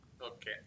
Okay